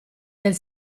del